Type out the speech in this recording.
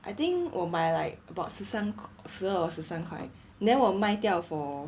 I think 我买 like about 十三十二 or 十三块 then 我卖掉 for